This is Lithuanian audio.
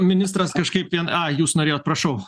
ministras kažkaip viena a jūs norėjot prašau